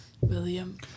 William